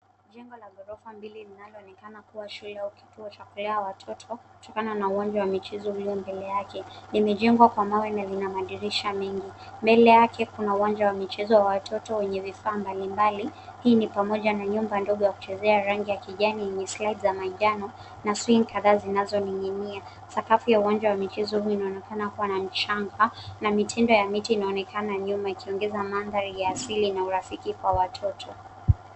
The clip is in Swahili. Jengo la ghorofa mbili lanaloonekana kuwa shule au kituo cha kulea watoto kutokana na uwanja wa michezo ulio mbele yake. Limejenywa kwa mawe na lina madirisha mengi. Mbele yake kuna uwanja wa michezo wa watoto wenye vifaa mbalimbali, hii ni pamoja na nyumba ndogo ya kuchezea rangi ya kijani yenye slides za manjano na swings kadhaa zinazoning'inia. Sakafu ya uwanja wa michezo hii inaonekana kuwa na mchanga na mitindo ya miti inaoneka nyuma ikiongeza mandhari ya asili na urafiki kwa watu.